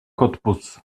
cottbus